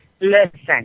Listen